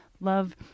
love